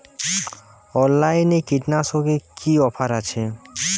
অনলাইনে কীটনাশকে কি অফার আছে?